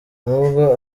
nubwo